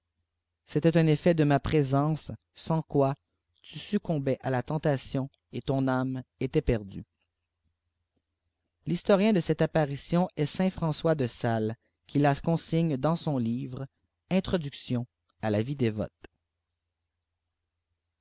c'était un effet de ma présence sans quoi tu succombais à la tentation et ton âme était perdue l'histdrien de cette apparition est saint françois de sales qui la consigne dans son livre introduction à la vie dévote